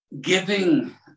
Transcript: Giving